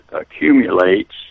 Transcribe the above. accumulates